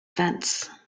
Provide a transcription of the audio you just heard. fence